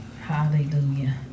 Hallelujah